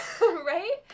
right